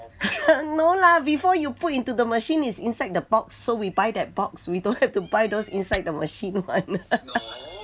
no lah before you put into the machine is inside the box so we buy that box we don't have to buy those inside the machine [one]